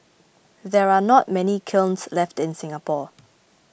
there are not many kilns left in Singapore